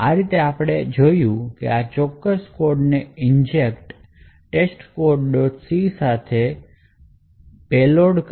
આ રીતે આપણે જોયું છે કે આપણે આ ચોક્કસ કોડને ઈંજેકટેડ ટેસ્ટકોડ c સાથે પેલોડ